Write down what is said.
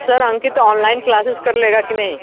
sir Ankit online classes कर लेगा कि नहीं